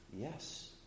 Yes